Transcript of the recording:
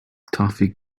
toffee